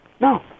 No